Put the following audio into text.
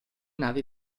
navi